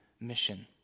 mission